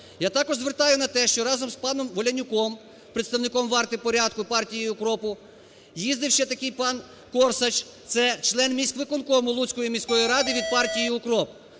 Я також звертаю на те, що разом з паном Волянюком, представником "Варти порядку", партії "УКРОПу," їздив ще такий пан Корсач – це член міськвиконкому Луцької міської ради від партії "УКРОП".